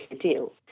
deal